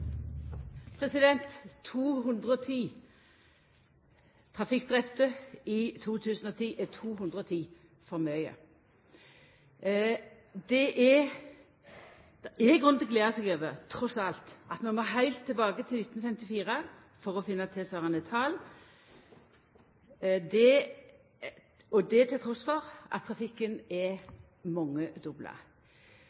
pst? 210 trafikkdrepne i 2010 er 210 for mange. Det er grunn til å gleda seg over, trass i alt, at vi må heilt tilbake til 1954 for å finna tilsvarande tal, og det trass i at trafikken er